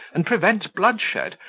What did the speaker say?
and prevent bloodshed,